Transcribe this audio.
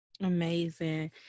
Amazing